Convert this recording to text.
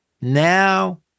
Now